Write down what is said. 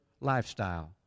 lifestyle